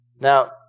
Now